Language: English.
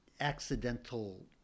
accidental